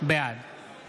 בעד